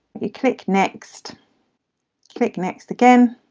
click next click next again